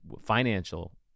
financial